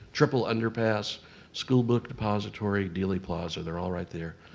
triple underpass school book, depository, dealey plaza. they're all right there.